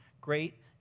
great